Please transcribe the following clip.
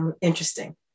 interesting